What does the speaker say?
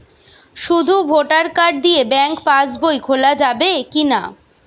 শুধু voter card দিয়ে bank pass বই খোলা যাবে কিনা?